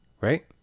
right